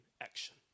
action